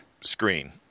screen